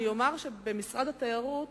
אני אומר שבמשרד התיירות,